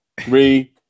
three